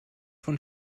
von